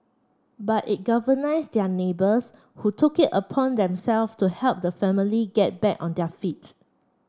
but it galvanised their neighbours who took it upon themself to help the family get back on their feet's